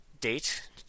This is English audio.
date